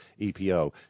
EPO